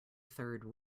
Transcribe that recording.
third